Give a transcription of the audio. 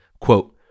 quote